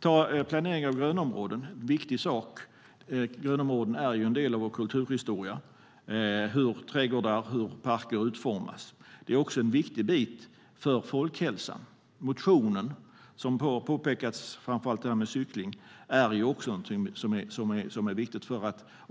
Ta planeringen av grönområden - en viktig sak! Grönområdena är en del av vår kulturhistoria. Det handlar om hur trädgårdar och parker utformas. Det är också en viktig bit för folkhälsan. Motion och framför allt cykling, som har påpekats, är viktigt.